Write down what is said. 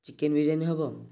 chicken biryani ହେବ